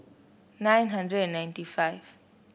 nine hundred and ninety five